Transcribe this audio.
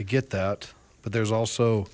get that but there's also